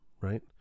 Right